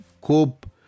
cope